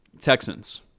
Texans